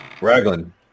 Raglan